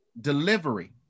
delivery